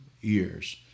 years